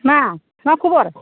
मा मा खबर